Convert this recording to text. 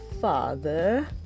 Father